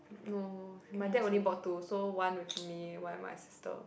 no my dad only bought two so one with me one with my sister